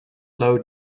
low